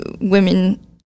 women